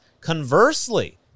Conversely